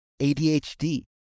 ADHD